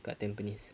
kat tampines